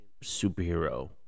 superhero